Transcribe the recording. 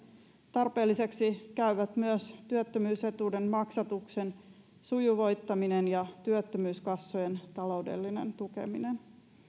tarpeelliseksi käyvät myös työttömyysetuuden maksatuksen sujuvoittaminen ja työttömyyskassojen taloudellinen tukeminen